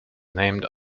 named